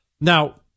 Now